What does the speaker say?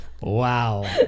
Wow